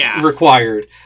required